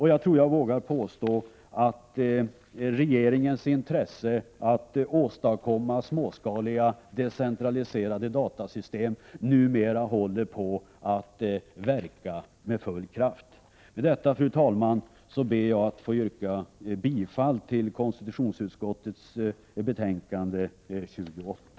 Jag tror jag vågar påstå att regeringens intresse för att åstadkomma småskaliga decentraliserade datasystem numera håller på att verka med full kraft. Fru talman! Jag ber att få yrka bifall till hemställan i konstitutionsutskottets betänkande 28.